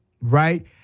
right